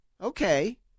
okay